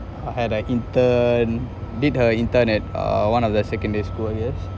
I like intern I did her intern at uh one of the secondary schools I guess